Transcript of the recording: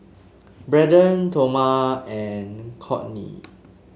Braden Toma and Cortney